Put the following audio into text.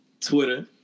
twitter